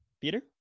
peter